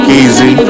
easy